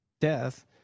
death